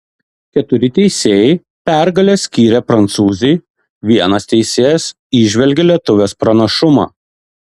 keturi teisėjai pergalę skyrė prancūzei vienas teisėjas įžvelgė lietuvės pranašumą